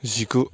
जिगु